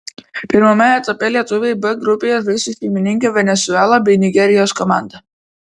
pirmame etape lietuviai b grupėje žais su šeimininke venesuela bei nigerijos komanda